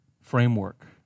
framework